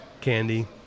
candy